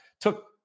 took